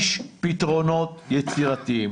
יש פתרונות יצירתיים.